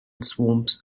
swamps